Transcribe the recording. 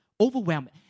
overwhelmed